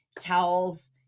Towels